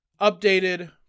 updated